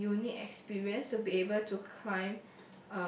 and unique experience to be able to climb